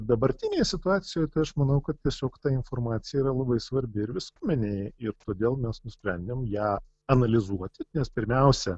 dabartinėj situacijoj tai aš manau kad tiesiog ta informacija yra labai svarbi ir visuomenei ir todėl mes nusprendėm ją analizuoti nes pirmiausia